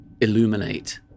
illuminate